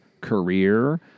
career